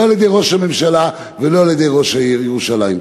לא על-ידי ראש הממשלה ולא על-ידי ראש העיר ירושלים.